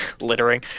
littering